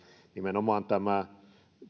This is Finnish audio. nimenomaan tämä